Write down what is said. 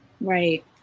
Right